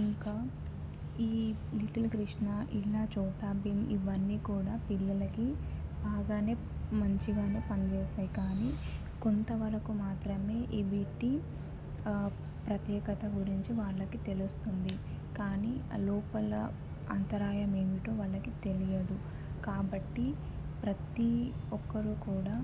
ఇంకా ఈ లిటిల్ కృష్ణ ఇలా చోటా భీమ్ ఇవన్నీ కూడా పిల్లలకి బాగానే మంచిగానే పనిచేస్తాయి కానీ కొంతవరకు మాత్రమే వీటి ప్రత్యేకత గురించి వాళ్ళకి తెలుస్తుంది కానీ లోపల అంతరార్థం ఏమిటో వాళ్ళకి తెలియదు కాబట్టి ప్రతీ ఒక్కరు కూడా